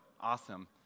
Awesome